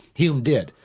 hume did.